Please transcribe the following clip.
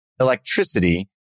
electricity